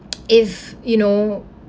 if you know